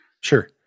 Sure